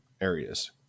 areas